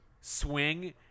swing